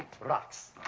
Rocks